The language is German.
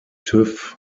tüv